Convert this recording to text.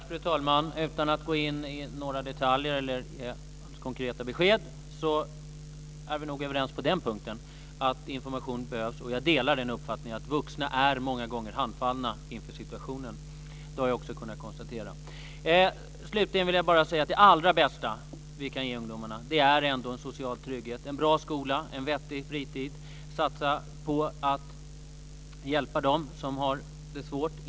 Fru talman! Utan att gå in på några detaljer eller ge några konkreta besked vill jag säga att vi nog är överens om att information behövs. Jag delar uppfattningen att vuxna många gånger står handfallna inför situationen. Det har jag också kunnat konstatera. Slutligen vill jag säga att det allra bästa vi kan ge ungdomarna är en social trygghet, en bra skola och en vettig fritid. Vi måste satsa på att hjälpa dem som har det svårt.